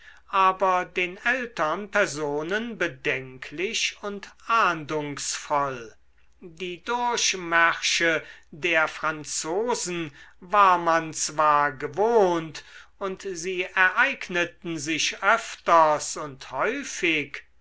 aber den ältern personen bedenklich und ahndungsvoll die durchmärsche der franzosen war man zwar gewohnt und sie ereigneten sich öfters und häufig